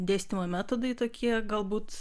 dėstymo metodai tokie galbūt